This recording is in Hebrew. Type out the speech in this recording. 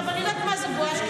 אני יודעת מה זה בואש,